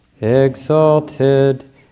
exalted